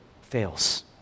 fails